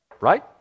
right